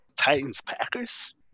Titans-Packers